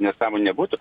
nesąmonių nebūtų